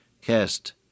cast